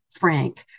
frank